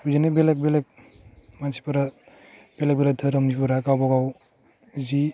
बिदिनो बेलेक बेलेक मानसिफ्रा बेलेक बेलेक दोहोरोमनिफोरा गावबागाव जि